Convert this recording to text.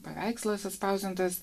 paveikslas išspausdintas